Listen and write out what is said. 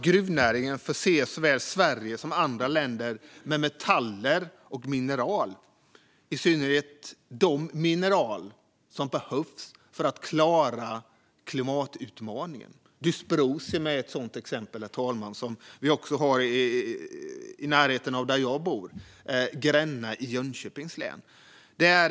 Gruvnäringen förser såväl Sverige som andra länder med metaller och mineral, i synnerhet de mineral som behövs för att klara klimatutmaningen. Dysprosium är ett sådant exempel, herr talman, som vi också har i närheten av Gränna i Jönköpings län, där jag bor.